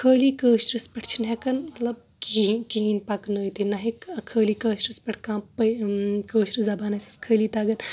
خالی کأشرس پٮ۪ٹھ چھنہٕ ہٮ۪کان مطلب کہیٖن کہیٖن پکنأوۍ تھےٕ نہٕ ہیٚکہِ خٲلی کأشِرس پٮ۪ٹھ کٲشِر زبان آسٮ۪س خألی تگان